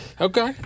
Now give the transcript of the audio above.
Okay